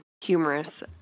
humorous